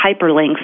hyperlinks